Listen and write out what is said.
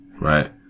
Right